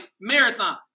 marathon